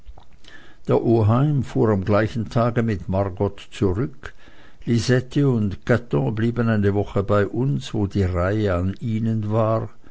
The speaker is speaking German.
der oheim fuhr am gleichen tage mit margot zurück lisette und caton blieben eine woche bei uns wo die reihe an ihnen war